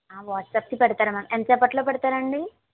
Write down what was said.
వాట్సప్కి పెడతారా ఎంత సేపట్లో పెడతారండి